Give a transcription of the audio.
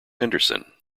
henderson